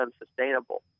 unsustainable